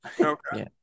Okay